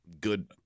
Good